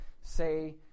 say